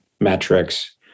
metrics